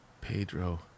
Pedro